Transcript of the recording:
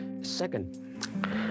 Second